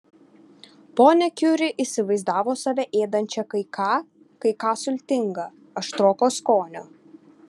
ponia kiuri įsivaizdavo save ėdančią kai ką kai ką sultinga aštroko skonio